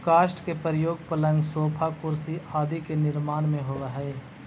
काष्ठ के प्रयोग पलंग, सोफा, कुर्सी आदि के निर्माण में होवऽ हई